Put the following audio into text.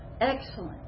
Excellent